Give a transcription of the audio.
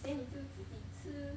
then 你就自己吃